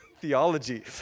theology